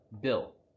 bill